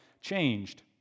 changed